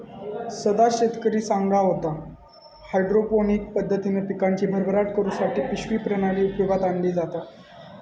सदा शेतकरी सांगा होतो, हायड्रोपोनिक पद्धतीन पिकांची भरभराट करुसाठी पिशवी प्रणाली उपयोगात आणली जाता